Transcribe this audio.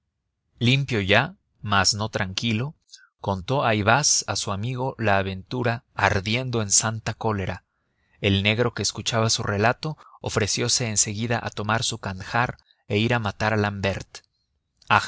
limpio ya mas no tranquilo contó ayvaz a su amigo la aventura ardiendo en santa cólera el negro que escuchaba su relato ofreciose en seguida a tomar su kandjar e ir a matar a l'ambert